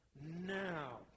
Now